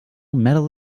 medal